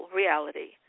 reality